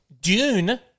Dune